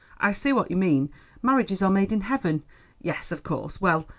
i see what you mean marriages are made in heaven yes, of course. well,